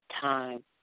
Time